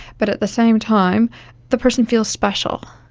but at the same time the person feels special.